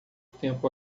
tempo